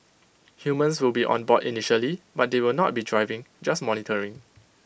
humans will be on board initially but they will not be driving just monitoring